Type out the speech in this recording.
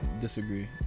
disagree